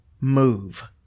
move